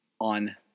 on